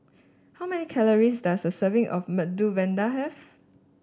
how many calories does a serving of Medu Vada have